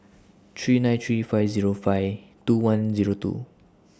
three nine three five Zero five two one Zero two